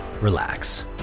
relax